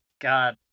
God